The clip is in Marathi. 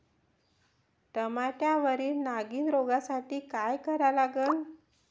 टमाट्यावरील नागीण रोगसाठी काय करा लागन?